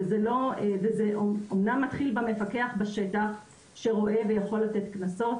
וזה אמנם מתחיל במפקח בשטח, שרואה ויכול לתת קנסות